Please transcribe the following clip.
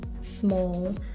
small